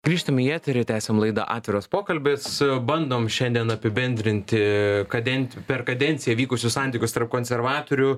grįžtam į eterį tęsiam laidą atviras pokalbis su bandom šiandien apibendrinti kaden per kadenciją vykusius santykius tarp konservatorių